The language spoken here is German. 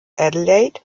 adelaide